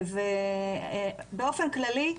באופן כללי,